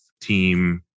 team